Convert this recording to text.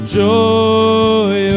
joy